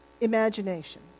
imagination